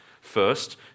First